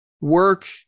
work